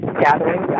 gathering